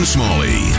Smalley